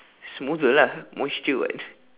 smoother lah moisture [what]